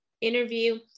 interview